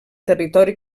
territori